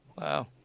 Wow